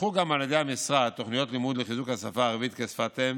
פותחו על ידי המשרד גם תוכניות לימוד לחיזוק השפה הערבית כשפת אם